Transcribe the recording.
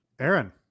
Aaron